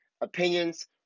opinions